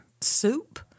soup